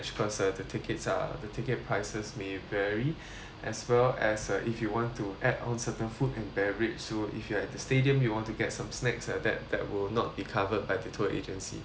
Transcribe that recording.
because uh the tickets are the ticket prices may vary as well as uh if you want to add on certain food and beverage so if you are at the stadium you want to get some snacks uh that that will not be covered by the tour agency